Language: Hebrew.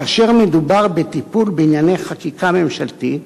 כאשר מדובר בטיפול בענייני חקיקה ממשלתית,